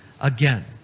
again